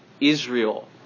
Israel